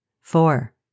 Four